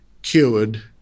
Cured